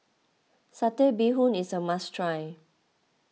Satay Bee Hoon is a must try